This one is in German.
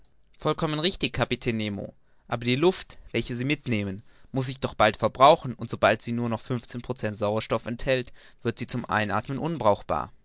vollkommen richtig kapitän nemo aber die luft welche sie mitnehmen muß sich doch bald verbrauchen und sobald sie nur noch fünfzehn procent sauerstoff enthält wird sie zum einathmen unbrauchbar